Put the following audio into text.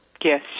Yes